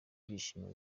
ibyishimo